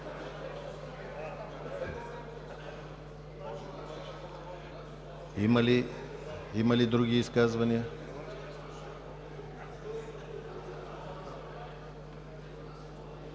Има ли други изказвания?